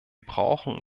brauchen